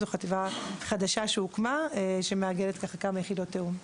זאת חטיבה חדשה שהוקמה שמאגדת כמה יחידות תיאום.